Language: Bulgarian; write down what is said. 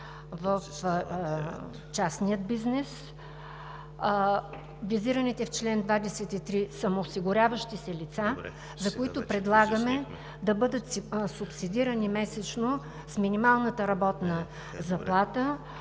в частния бизнес; визираните в чл. 23 са самоосигуряващи се лица, за които предлагаме да бъдат субсидирани месечно с минималната работна заплата